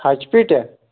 ہچہِ پیٖٹۍ ہا